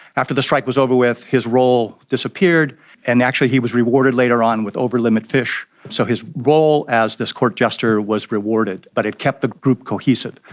after the strike was over with his role disappeared and actually he was rewarded later on with over-limit fish, so his role as this court jester was rewarded, but it kept the group cohesive.